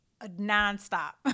nonstop